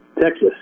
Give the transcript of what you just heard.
Texas